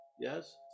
Yes